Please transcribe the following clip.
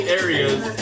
areas